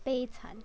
悲惨